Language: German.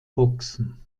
boxen